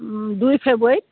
দুই ফেব্ৰুৱাৰী